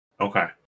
Okay